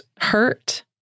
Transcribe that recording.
hurt